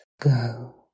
Go